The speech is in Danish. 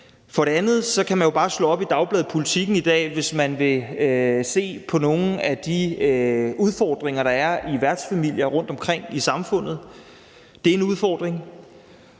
Derudover kan man bare slå op i dagbladet Politiken i dag, hvis man vil se nogle af de udfordringer, der er i værtsfamilier rundtomkring i samfundet. Det er en udfordring.